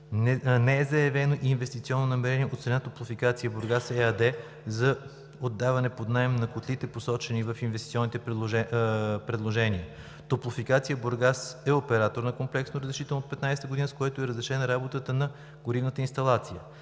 Не е заявено и инвестиционно намерение от страна на „Топлофикация – Бургас“ ЕАД за отдаване под наем на котлите, посочени в инвестиционните предложения. „Топлофикация – Бургас“ е оператор на Комплексното разрешително от 2015 г., с което е разрешена работата на горивната инсталация.